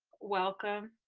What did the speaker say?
welcome.